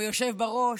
כבוד היושב-ראש,